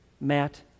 Matt